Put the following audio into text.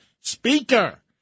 Speaker